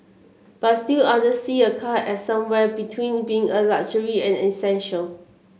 but still others see a car as somewhere between being a luxury and an essential